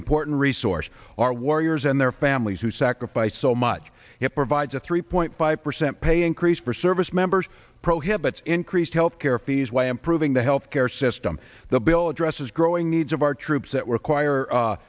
important resource our warriors and their families who sacrificed so much it provides a three point five percent pay increase for service members prohibits increased health care fees why improving the health care system the bill addresses growing needs of our troops that were